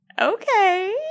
Okay